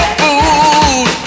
food